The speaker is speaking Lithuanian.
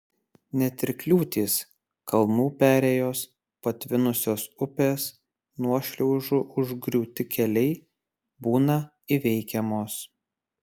net ir kliūtys kalnų perėjos patvinusios upės nuošliaužų užgriūti keliai būna įveikiamos